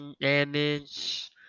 damage